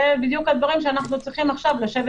אלה בדיוק הדברים שאנחנו צריכים עכשיו לשבת